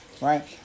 Right